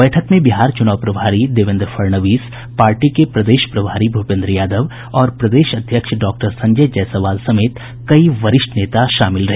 बैठक में बिहार चुनाव प्रभारी देवेन्द्र फड़णवीस पार्टी के प्रदेश प्रभारी भूपेन्द्र यादव और प्रदेश अध्यक्ष डॉक्टर संजय जायसवाल समेत कई वरिष्ठ नेता शामिल रहे